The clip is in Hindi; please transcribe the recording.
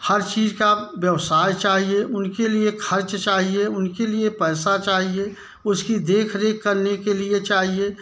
हर चीज़ का व्यवसाय चाहिए उनके लिए खर्च चाहिए उनके लिए पैसा चाहिए उसकी देख रेख करने के लिए चाहिए